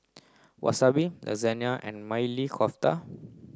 Wasabi Lasagne and Maili Kofta